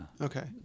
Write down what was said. Okay